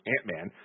Ant-Man